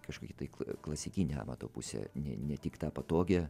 kažkokią tai klasikinę amato pusę ne tik tą patogią